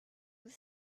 with